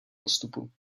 postupu